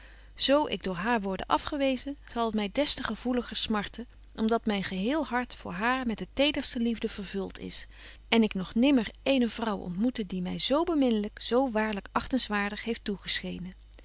zo ik door haar worde afgewezen zal het my des te gevoeliger smarten om dat myn geheel hart voor haar met de tederste liefde vervult is en ik nog nimmer eene vrouw ontmoette die my zo beminlyk zo waarlyk achtingswaardig heeft toegeschenen